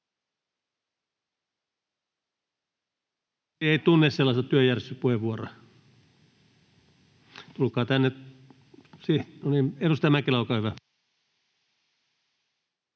tunne sellaista työjärjestyspuheenvuoroa. — No niin, edustaja Mäkelä, olkaa hyvä.